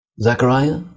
Zachariah